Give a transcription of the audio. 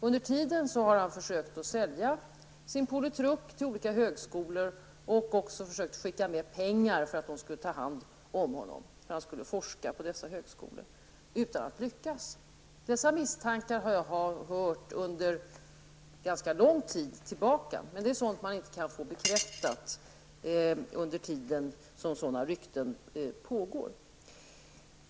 Under tiden bostadsministern har försökt ''sälja'' sin politruk -- utan att lyckas -- till olika högskolor, och också försökt skicka med pengar för att de skulle ta hand om honom; han skulle nämligen forska på dessa högskolor. Dessa misstankar har jag hört ganska lång tid, men det är sådant man inte kan få bekräftat under tiden sådana rykten pågår.